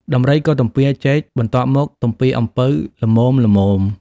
ដំរីក៏ទំពាចេក បន្ទាប់មកទំពាអំពៅល្មមៗ ។